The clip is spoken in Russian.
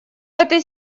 этой